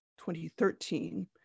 2013